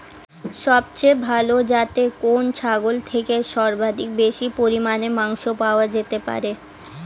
সবচেয়ে ভালো যাতে কোন ছাগল থেকে সর্বাধিক বেশি পরিমাণে মাংস পাওয়া যেতে পারে?